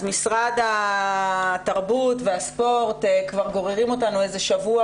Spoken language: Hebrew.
אז משרד התרבות והספורט כבר גוררים אותנו שבוע